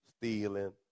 stealing